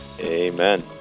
amen